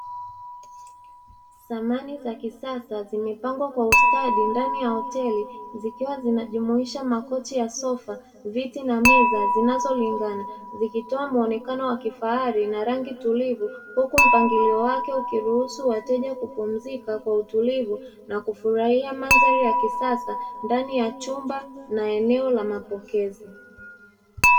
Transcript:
Samani za kisasa zimepangwa kwa ustadi ndani ya hoteli zikiwa zinajumuisha makochi ya sofa, viti na meza zinazolingana, vikitoa muonekano wa kifahari na rangi tulivu huku mpangilio wake ukiruhusu wateja kupumzika kwa utulivu na kufurahia mandhari ya kisasa ndani ya chumba na eneo la mapokezi.